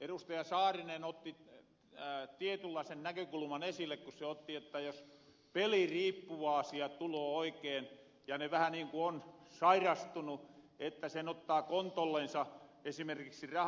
edustaja saarinen otti tietynlaasen näkökuluman esille kun se otti että jos peliriippuvaasia tuloo oikeen ja ne vähä niin ku on sairastunu sen ottaa kontollensa esimerkiksi raha automaattiyhristys